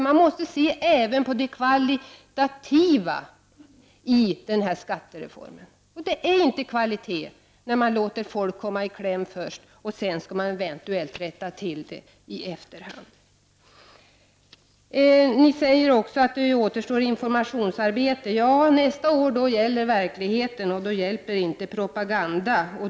Man måste se även på det kvalitativa i denna skattereform. Det är inte kvalitet när man först låter folk komma i kläm och sedan eventuellt rättar till det i efterhand. Ni säger också att det återstår informationsarbete. Ja, nästa år gäller verkligheten, och då hjälper inte propaganda.